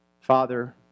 Father